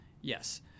yes